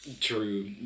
True